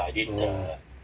oh